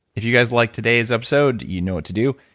if you guys liked today's episode, you know what to do.